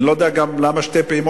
אני גם לא יודע למה שתי פעימות,